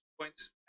points